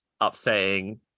upsetting